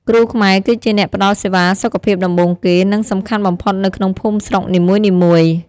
គ្រូខ្មែរគឺជាអ្នកផ្ដល់សេវាសុខភាពដំបូងគេ និងសំខាន់បំផុតនៅក្នុងភូមិស្រុកនីមួយៗ។